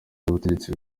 z’ubutegetsi